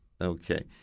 Okay